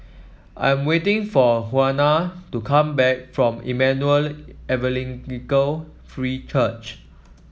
I'm waiting for Juana to come back from Emmanuel Evangelical Free Church